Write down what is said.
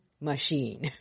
machine